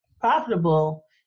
profitable